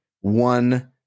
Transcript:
one